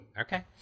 Okay